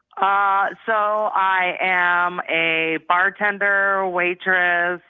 ah so i am a bartender, waitress.